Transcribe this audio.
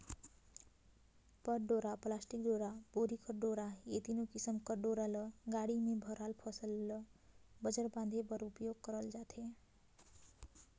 पट डोरा, पलास्टिक डोरा, बोरी कर डोरा ए तीनो किसिम कर डोरा ल गाड़ा मे भराल फसिल ल बंजर बांधे बर उपियोग करल जाथे